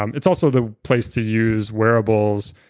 um it's also the place to use wearables.